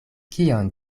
kion